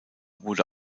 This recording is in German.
wurde